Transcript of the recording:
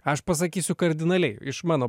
aš pasakysiu kardinaliai iš mano